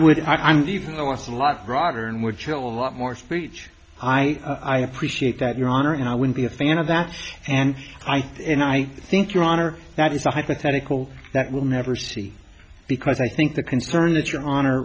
would i'm even though it's a lot broader and would chill a lot more speech i i appreciate that your honor and i would be a fan of that and i think and i think your honor that is a hypothetical that will never see because i think the concern that your honor